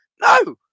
no